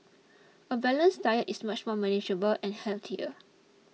a balanced diet is much more manageable and healthier